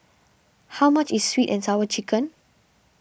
how much is Sweet and Sour Chicken